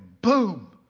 Boom